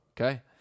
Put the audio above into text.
okay